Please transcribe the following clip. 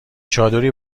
چادری